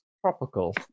tropical